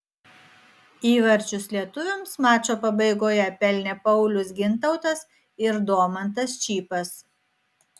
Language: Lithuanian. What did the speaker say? įvarčius lietuviams mačo pabaigoje pelnė paulius gintautas ir domantas čypas